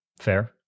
Fair